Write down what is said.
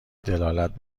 دلالت